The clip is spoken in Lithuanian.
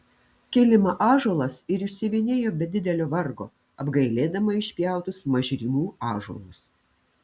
kilimą ąžuolas ir išsiuvinėjo be didelio vargo apgailėdama išpjautus mažrimų ąžuolus